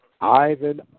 Ivan